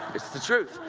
it's the truth!